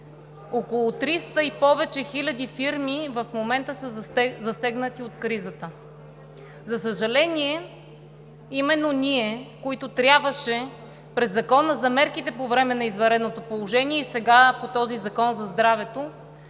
Около 300 и повече хиляди фирми в момента са засегнати от кризата. За съжаление, сме именно ние, които трябваше през Закона за мерките и действията по време на извънредното положение и сега през този Законопроект